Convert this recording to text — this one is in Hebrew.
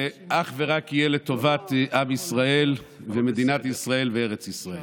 זה יהיה אך ורק לטובת עם ישראל ומדינת ישראל וארץ ישראל.